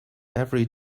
every